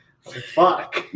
Fuck